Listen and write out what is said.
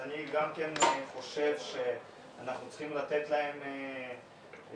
אני גם חושב שאנחנו צריכים לתת להם להיכנס